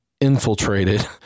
infiltrated